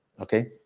okay